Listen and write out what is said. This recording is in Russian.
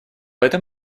этом